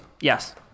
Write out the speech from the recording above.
Yes